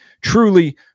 truly